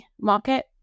market